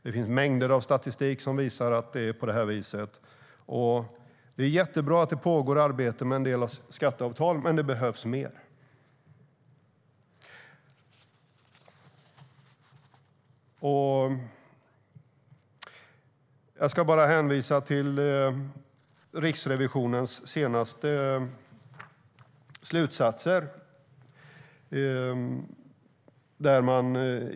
Det finns mängder av statistik som visar att det är på det här viset. Det är jättebra att det pågår arbete med en del skatteavtal, men det behövs mer. Jag ska bara hänvisa till Riksrevisionens senaste slutsatser.